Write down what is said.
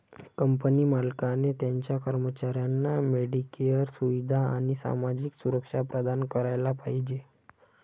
company मालकाने त्याच्या कर्मचाऱ्यांना मेडिकेअर सुविधा आणि सामाजिक सुरक्षा प्रदान करायला पाहिजे